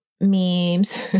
memes